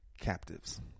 captives